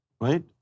Right